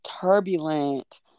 turbulent